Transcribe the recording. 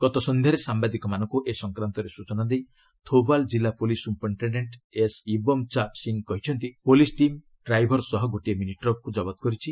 ଗତ ସନ୍ଧ୍ୟାରେ ସାମ୍ଭାଦିକମାନଙ୍କୁ ଏ ସଂକ୍ରାନ୍ତରେ ସ୍ତଚନା ଦେଇ ଥୋବାଲ୍ ଜିଲ୍ଲା police superintendent S Ibomcha Singh କହିଛନ୍ତି ପୋଲିସ୍ ଟିମ୍ ଡ଼ାଇଭର ସହ ଗୋଟିଏ ମିନିଟ୍ରକ୍କୁ କବତ କରିଛି